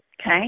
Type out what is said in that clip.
okay